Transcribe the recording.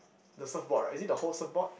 the surfboard right is it the whole surfboard